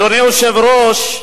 אדוני היושב-ראש,